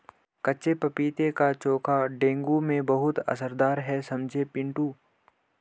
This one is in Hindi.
कच्चे पपीते का चोखा डेंगू में बहुत असरदार है समझे पिंटू